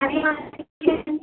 अरे